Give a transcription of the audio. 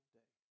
day